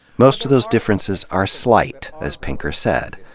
most of those differences are slight, as pinker said.